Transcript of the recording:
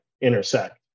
intersect